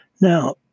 Now